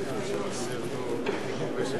זו אזכרה לז'בוטינסקי.